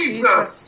Jesus